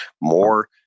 more